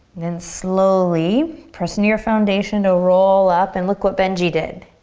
then slowly press into your foundation to roll up and look what benji did.